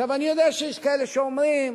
עכשיו, אני יודע שיש כאלה שאומרים,